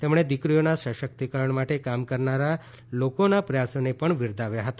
તેમણે દીકરીઓના સશક્તિકરણ માટે કામ કરનાર લોકોના પ્રયાસોને પણ બિરદાવ્યા હતા